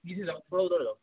جی تھوڑا ادھر ہو جاؤ